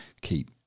keep